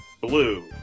blue